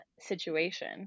situation